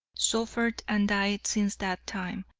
suffered and died since that time,